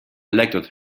elected